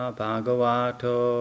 bhagavato